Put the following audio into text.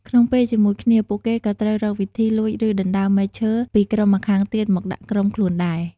ក្នុងពេលជាមួយគ្នា ពួកគេក៏ត្រូវរកវិធី លួច ឬដណ្ដើម មែកឈើពីក្រុមម្ខាងទៀតមកដាក់ក្រុមខ្លួនដែរ។